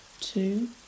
two